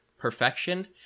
perfection